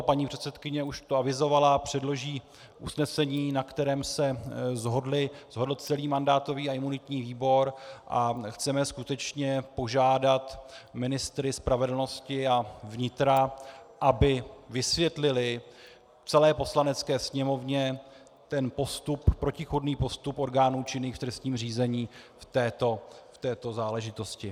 Paní předsedkyně už to avizovala, předloží usnesení, na kterém se shodl celý mandátový a imunitní výbor, a chceme skutečně požádat ministry spravedlnosti a vnitra, aby vysvětlili celé Poslanecké sněmovně protichůdný postup orgánů činných v trestním řízení v této záležitosti.